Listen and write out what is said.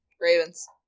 Ravens